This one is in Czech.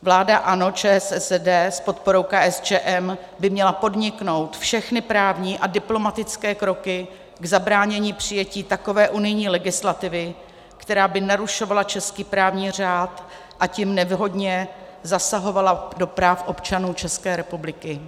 Vláda ANO, ČSSD s podporou KSČM by měla podniknout všechny právní a diplomatické kroky k zabránění přijetí takové unijní legislativy, která by narušovala český právní řád, a tím nevhodně zasahovala do práv občanů České republiky.